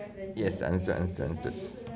yes understood understood